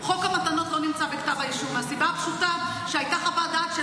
חוק המתנות לא נמצא בכתב האישום מהסיבה הפשוטה שהייתה חוות דעת,